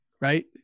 right